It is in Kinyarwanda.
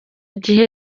gihe